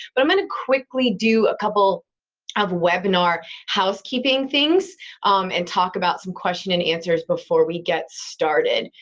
but i'm going to quickly do a couple of webinar housekeeping things and talk about some questions and answers before we get started.